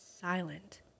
silent